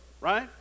right